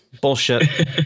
bullshit